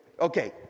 okay